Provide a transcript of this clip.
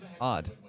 odd